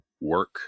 work